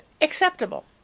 acceptable